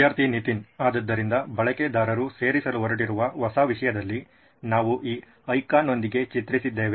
ವಿದ್ಯಾರ್ಥಿ ನಿತಿನ್ ಆದ್ದರಿಂದ ಬಳಕೆದಾರರು ಸೇರಿಸಲು ಹೊರಟಿರುವ ಹೊಸ ವಿಷಯದಲ್ಲಿ ನಾವು ಈ ಐಕಾನ್ನೊಂದಿಗೆ ಚಿತ್ರಿಸಿದ್ದೇವೆ